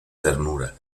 ternura